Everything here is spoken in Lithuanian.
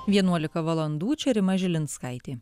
vienuolika valandų čia rima žilinskaitė